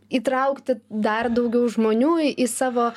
įtraukti dar daugiau žmonių į savo